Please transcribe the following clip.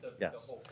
Yes